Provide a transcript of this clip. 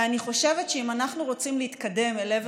ואני חושבת שאם אנחנו רוצים להתקדם לעבר